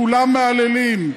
כולם מהללים,